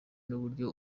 n’uburyo